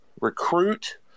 recruit